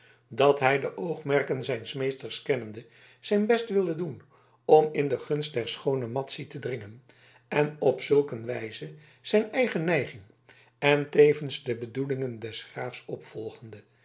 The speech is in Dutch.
dat hij de oogmerken zijns meesters kennende zijn best wilde doen om in de gunst der schoone madzy te dringen en op zulk een wijze zijn eigen neiging en tevens de bedoelingen des graven opvolgde